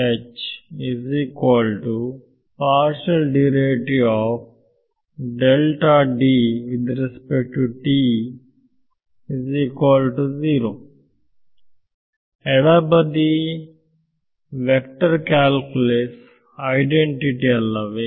ಎಡಬದಿ vector calculus identity ಅಲ್ಲವೇ